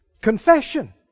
Confession